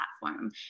platform